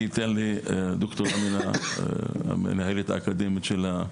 אני אתן לד"ר אמינה, המנהלת האקדמית של האקדמיה,